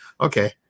okay